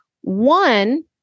One